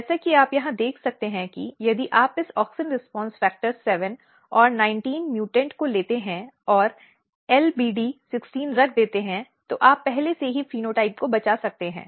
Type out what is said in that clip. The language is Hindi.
जैसा कि आप यहाँ देख सकते हैं कि यदि आप इस AUXIN RESPONSE FACTOR 7 और 19 म्यूटेंट को लेते हैं और LBD 16 रख देते हैं तो आप पहले से ही फेनोटाइप को बचा सकते हैं